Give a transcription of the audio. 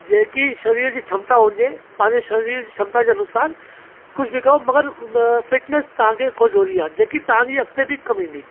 जेकी शरीर जी क्षमता हुजे पंहिंजे शरीर जी क्षमता जे अनुसार कुझु बि कयो मगर फ़िटनेस तव्हां खे रखणु ज़रूरी आहे जेकि तव्हां जी अॻिते बि कमु ईंदी